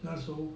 那时候